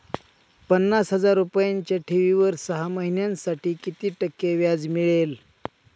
पन्नास हजार रुपयांच्या ठेवीवर सहा महिन्यांसाठी किती टक्के व्याज मिळेल?